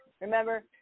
Remember